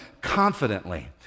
confidently